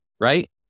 right